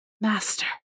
master